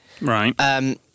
Right